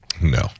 No